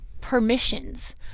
permissions